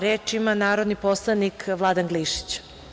Reč ima narodni poslanik Vladan Glišić.